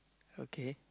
okay